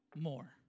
more